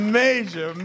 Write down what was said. major